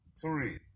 Three